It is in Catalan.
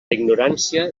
ignorància